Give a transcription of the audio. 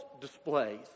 displays